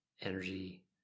energy